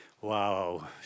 Wow